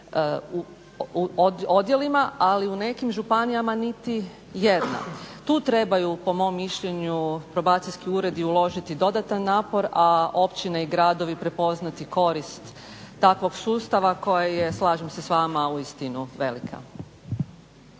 odjelima, ali u nekim županijama niti jedna. Tu trebaju po mom mišljenju probacijski uredi uložiti dodatan napor, a općine i gradovi prepoznati korist takvog sustava koja je, slažem se s vama uistinu velika.